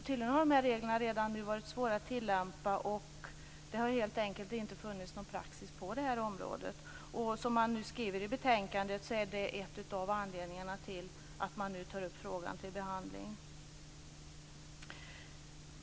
Tydligen har de här reglerna redan varit svåra att tillämpa, och det har helt enkelt inte funnits någon praxis på det här området. Man skriver i betänkandet att det är en av anledningarna till att man nu tar upp frågan till behandling.